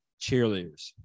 cheerleaders